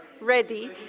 ready